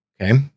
Okay